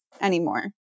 anymore